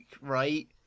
right